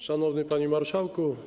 Szanowny Panie Marszałku!